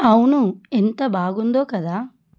అవును ఎంత బాగుందో కదా